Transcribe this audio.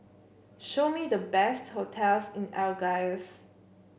show me the best hotels in Algiers